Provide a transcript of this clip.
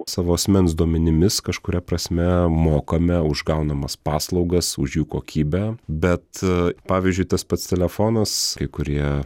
savo asmens duomenimis kažkuria prasme mokame už gaunamas paslaugas už jų kokybę bet pavyzdžiui tas pats telefonas kai kurie